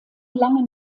lange